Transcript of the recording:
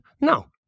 No